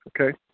Okay